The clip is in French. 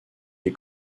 les